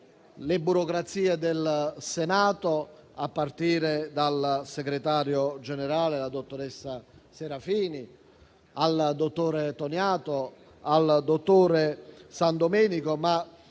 la burocrazia del Senato, a partire dal Segretario generale, la dottoressa Serafin, al dottor Toniato e al dottor Sandomenico.